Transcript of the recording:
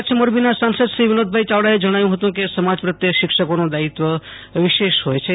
કચ્છ મોરબીના સાંસદશ્રી વિનોદભાઇ યાવડાએ જણાવ્યું હતું કે સમાજ પ્રત્યે શિક્ષકોનું દાયિત્વ વિશેષ હોય છે